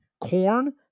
Corn